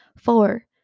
Four